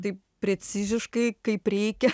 taip preciziškai kaip reikia